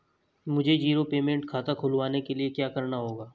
मुझे zero payment खाता खुलवाने के लिए क्या करना होगा?